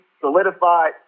solidified